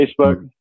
Facebook